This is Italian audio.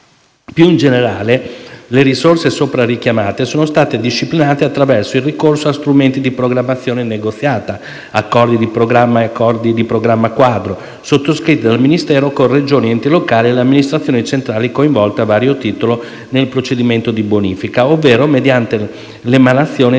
Più in generale, le risorse sopra richiamate sono state disciplinate attraverso il ricorso a strumenti di programmazione negoziata, Accordi di programma e Accordi di programma quadro, sottoscritti dal Ministero con le Regioni, gli enti locali e le amministrazioni centrali coinvolte a vario titolo nel procedimento di bonifica, ovvero mediante l'emanazione di